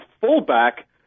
fullback